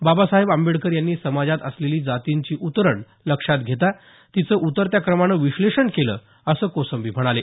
बाबासाहेब आंबेडकर यांनी समाजात असलेली जातींची उतरंड लक्षात घेता तिचे उतरत्या क्रमानं विश्लेषण केले असं कोसंबी म्हणाले